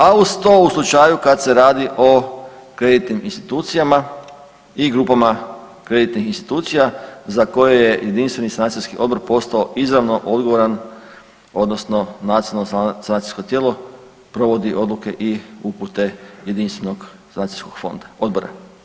A uz to u slučaju kad se radi o kreditnim institucijama i grupama kreditnih institucija za koje je jedinstveni sanacijski odbor postao izravno odgovoran odnosno nacionalno sanacijsko tijelo provodi odluke i upute Jedinstvenog sanacijskog fonda odbora.